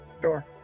Sure